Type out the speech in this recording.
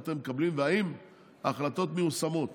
אתם מקבלים והאם ההחלטות מיושמות.